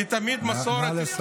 היא תמיד מסורת.